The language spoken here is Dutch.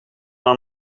haar